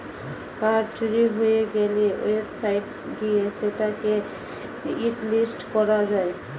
card চুরি হয়ে গ্যালে ওয়েবসাইট গিয়ে সেটা কে হটলিস্ট করা যায়